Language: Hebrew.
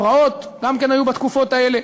פרעות גם כן היו בתקופות האלה,